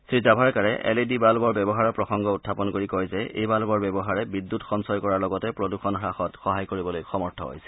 শ্ৰীজাভড়েকাৰে L E D বাব্বৰ ব্যৱহাৰৰ প্ৰসংগ উখাপন কৰি কয় যে এই বাশ্বৰ ব্যৱহাৰে বিদ্যুৎ সঞ্চয় কৰাৰ লগতে প্ৰদূষণ হাসত সহায় কৰিবলৈ সমৰ্থ হৈছে